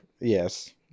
Yes